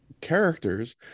characters